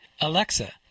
Alexa